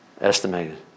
Estimated